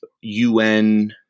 UN